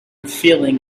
feeling